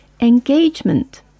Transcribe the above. engagement